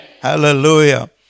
Hallelujah